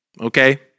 Okay